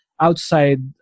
outside